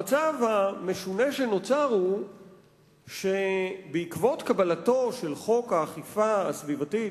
המצב המשונה שנוצר הוא שבעקבות קבלתו של חוק האכיפה הסביבתית,